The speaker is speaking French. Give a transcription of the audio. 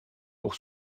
pour